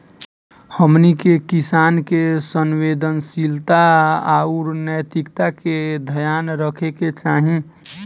हमनी के किसान के संवेदनशीलता आउर नैतिकता के ध्यान रखे के चाही